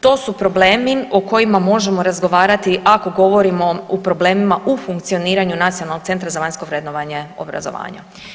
To su problemi o kojima možemo razgovarati ako govorimo o problemima u funkcioniranju Nacionalnog centra za vanjsko vrednovanje obrazovanja.